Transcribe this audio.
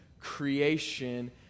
creation